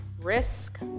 Risk